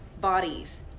bodies